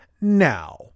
now